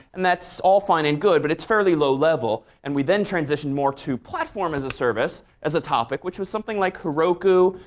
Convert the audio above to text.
and that's all fine and good but it's fairly low level. and we then transitioned more to platform as a service as a topic, which was something like heroku.